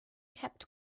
kept